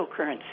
cryptocurrency